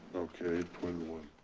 okay, eight point one.